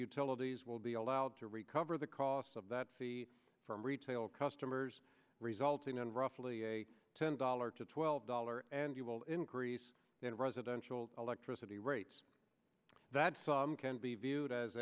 utilities will be allowed to recover the costs of that fee from retail customers resulting in roughly a ten dollars to twelve dollar annual increase in residential electricity rates that can be viewed as